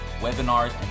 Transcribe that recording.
webinars